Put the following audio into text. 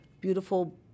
beautiful